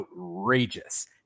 outrageous